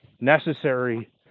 necessary